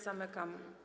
Zamykam.